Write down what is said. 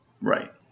Right